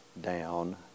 down